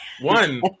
one